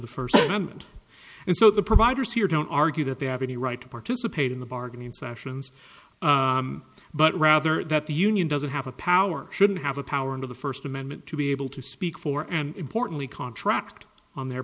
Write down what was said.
amendment and so the providers here don't argue that they have any right to participate in the bargaining sessions but rather that the union doesn't have a power shouldn't have a power under the first amendment to be able to speak for and importantly contract on their